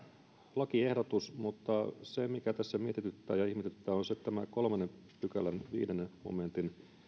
lakiehdotus mutta se mikä tässä mietityttää ja ihmetyttää on tämä kolmannen pykälän viidennen momentin